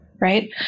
right